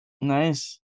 Nice